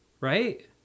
Right